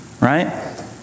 Right